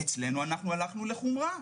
אצלנו אנחנו הלכנו לחומרה.